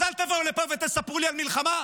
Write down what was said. אז אל תבואו לפה ותספרו לי על מלחמה,